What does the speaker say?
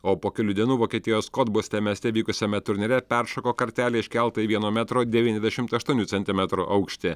o po kelių dienų vokietijos kodboste mieste vykusiame turnyre peršoko kartelę iškeltą į vieno metro devyniasdešimt aštuonų centimetrų aukštį